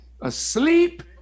asleep